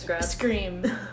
Scream